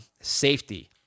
Safety